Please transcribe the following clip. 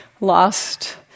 lost